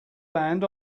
land